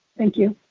thank you.